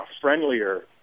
friendlier